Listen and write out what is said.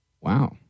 Wow